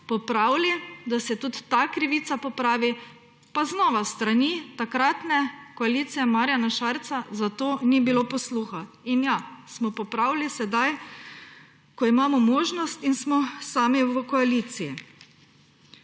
popravili, da se tudi ta krivica popravi, pa znova s strani takratne koalicije Marjana Šarca za to ni bilo posluha. In ja, smo popravili sedaj, ko imamo možnost in smo sami v koaliciji.